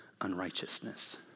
unrighteousness